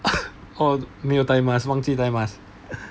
oh 没有戴 mask 忘记戴 mask